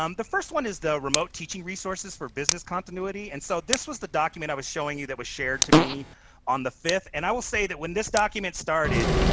um the first one is the remote teaching resources for business continuity. and so this was the document i was showing you that was shared to me on the fifth. and i will say that when this document started,